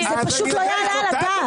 זה פשוט לא יעלה על הדעת.